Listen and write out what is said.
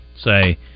say